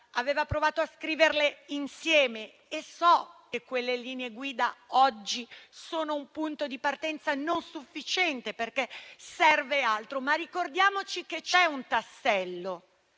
aveva provato a scriverle insieme e so che esse oggi sono un punto di partenza non sufficiente perché serve altro, ma ricordiamoci che è un tassello: